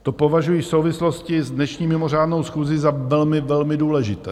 To považuji v souvislosti s dnešní mimořádnou schůzí za velmi, velmi důležité.